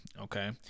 Okay